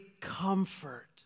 comfort